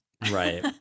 Right